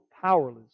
powerless